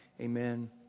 Amen